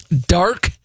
dark